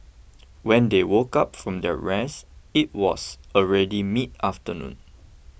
when they woke up from their rest it was already midafternoon